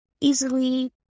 easily